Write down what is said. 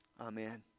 Amen